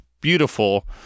beautiful